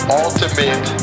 ultimate